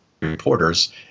reporters